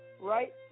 right